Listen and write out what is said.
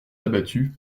abattus